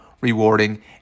rewarding